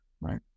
right